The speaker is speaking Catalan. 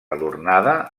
adornada